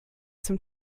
zum